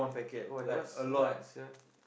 !wah! that one smart sia